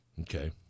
Okay